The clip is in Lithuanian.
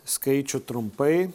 skaičių trumpai